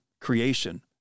creation